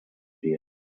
here